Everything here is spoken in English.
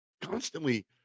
constantly